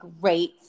great